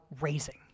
raising